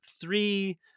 three